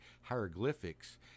hieroglyphics